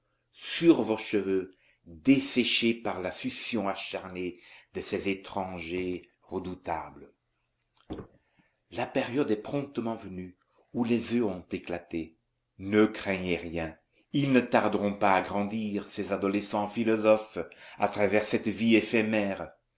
sur vos cheveux desséchés par la succion acharnée de ces étrangers redoutables la période est promptement venue où les oeufs ont éclaté ne craignez rien ils ne tarderont pas à grandir ces adolescents philosophes à travers cette vie éphémère